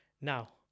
Now